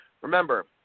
Remember